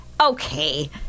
Okay